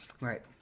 Right